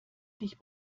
dich